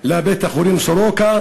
לבית-החולים סורוקה,